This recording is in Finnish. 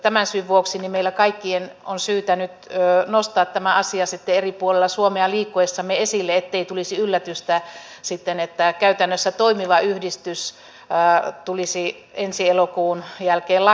tämän syyn vuoksi meillä kaikkien on syytä nyt nostaa tämä asia sitten eri puolilla suomea liikkuessamme esille ettei tulisi yllätystä sitten että käytännössä toimiva yhdistys tulisi ensi elokuun jälkeen lakkaamaan